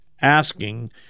asking